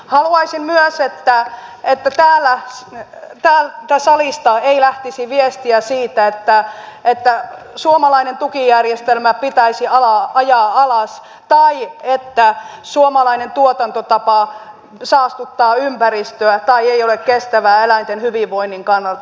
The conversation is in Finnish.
haluaisin myös että täältä salista ei lähtisi viestiä siitä että suomalainen tukijärjestelmä pitäisi ajaa alas tai että suomalainen tuotantotapa saastuttaa ympäristöä tai ei ole kestävää eläinten hyvinvoinnin kannalta